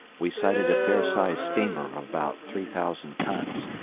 we sighted a fair-sized steamer of about three thousand tons,